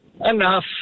Enough